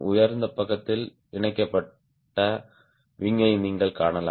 உயர்ந்த பக்கத்தில் இணைக்கப்பட்ட விங்யை நீங்கள் காணலாம்